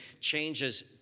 changes